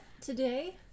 today